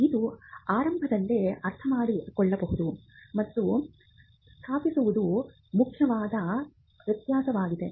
ಇದು ಆರಂಭದಲ್ಲೇ ಅರ್ಥಮಾಡಿಕೊಳ್ಳುವುದು ಮತ್ತು ಸ್ಥಾಪಿಸುವುದು ಮುಖ್ಯವಾದ ವ್ಯತ್ಯಾಸವಾಗಿದೆ